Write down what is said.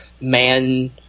man